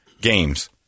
games